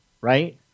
right